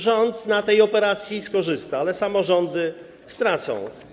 Rząd na tej operacji skorzysta, ale samorządy stracą.